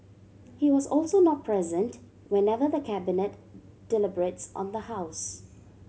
he was also not present whenever the Cabinet deliberates on the house